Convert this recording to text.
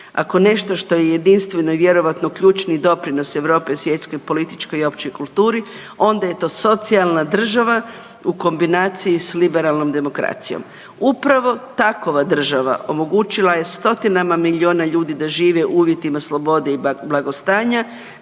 Ako nešto što je jedinstveno i vjerojatno ključni doprinos Europe svjetskoj političkoj i općoj kulturi onda je to socijalna država u kombinaciji s liberalnom demokracijom. Upravo takova država omogućila je stotinama milijuna ljudi da žive u uvjetima slobode i blagostanja